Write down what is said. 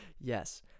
Yes